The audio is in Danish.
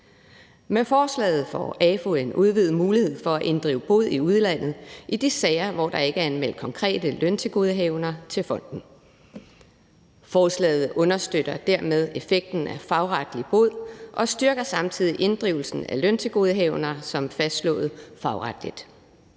Med forslaget får AFU en udvidet mulighed for at inddrive bod i udlandet i de sager, hvor der ikke er anmeldt konkrete løntilgodehavender til fonden. Forslaget understøtter dermed effekten af fagretlig bod og styrker samtidig inddrivelsen af løntilgodehavender som fastslået fagretligt.